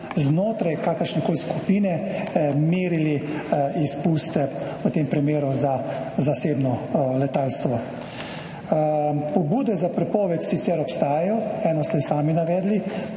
znotraj kakršnekoli skupine merili izpuste, v tem primeru za zasebno letalstvo. Pobude za prepoved sicer obstajajo, eno ste sami navedli,